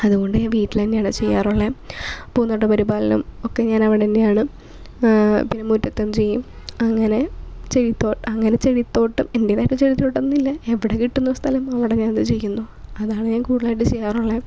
അതുകൊണ്ട് ഞാൻ വീട്ടിൽ തന്നെയാണ് ചെയ്യാറുള്ളത് പൂന്തോട്ട പരിപാലനം ഒക്കെ ഞാനവിടെ തന്നെയാണ് ഏ പിന്നെ മുറ്റത്തും ചെയ്യും അങ്ങനെ ചെയിത്തോ അങ്ങനെ ചെടി തോട്ടം എന്റേതായിട്ട് ചെടിത്തോട്ടം എന്നില്ല എവിടെ കിട്ടുന്നെ സ്ഥലം അവിടെ ഞാനത് ചെയ്യുന്നു അതാണ് ഞാൻ കൂടുതലായിട്ട് ചെയ്യാറുള്ളത്